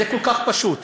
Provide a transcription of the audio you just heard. זה כל כך פשוט.